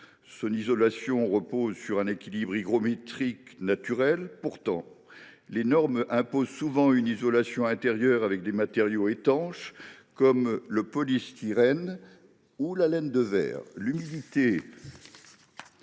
Son isolation repose sur un équilibre hygrométrique naturel. Pourtant, les normes en vigueur imposent souvent une isolation intérieure avec des matériaux étanches comme le polystyrène ou la laine de verre.